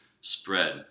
spread